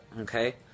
Okay